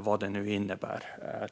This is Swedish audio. vad det nu innebär.